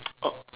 oh